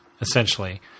essentially